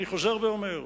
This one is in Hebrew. אני חוזר ואומר: